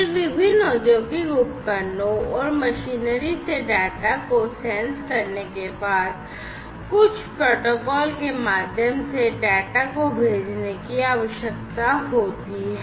फिर विभिन्न औद्योगिक उपकरणों और मशीनरी से डेटा को सेंस करने के बाद कुछ प्रोटोकॉल के माध्यम से डेटा को भेजने की आवश्यकता होती है